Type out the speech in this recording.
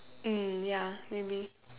mm ya maybe